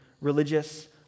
religious